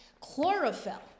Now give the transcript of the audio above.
chlorophyll